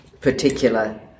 particular